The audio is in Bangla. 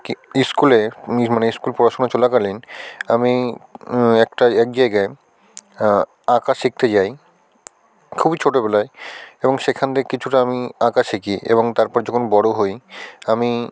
কি স্কুলে মানে স্কুল পড়াশুনা চলাকালীন আমি একটা এক জায়গায় আঁকা শিখতে যাই খুবই ছোটোবেলায় এবং সেখান থেকে কিছুটা আমি আঁকা শিখি এবং তারপর যখন বড়ো হই আমি